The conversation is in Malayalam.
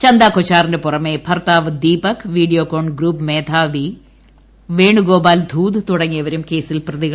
ചന്ദ കൊച്ചാറിന് പുറമേ ഭർത്താവ് ദീപക് വീഡിയോകോൺ ഗ്രൂപ്പ് മേധാവി വേണുഗോപാൽ ധൂത് തുടങ്ങിയവരും കേസിൽ പ്രതിയാണ്